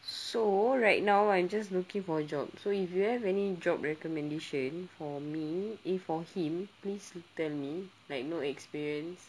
so right now I'm just looking for jobs so if you have any job recommendation for me eh for him please tell me like no experience